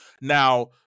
Now